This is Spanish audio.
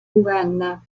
uganda